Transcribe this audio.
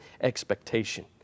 expectation